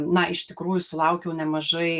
na iš tikrųjų sulaukiau nemažai